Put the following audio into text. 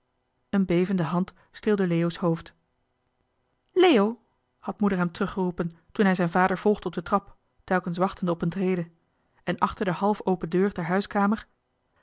dorp leo had moeder hem teruggeroepen toen hij zijn vader volgde op de trap met een telkens wachten op een trede en achter de half open deur der huiskamer